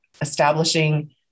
establishing